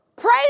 Praise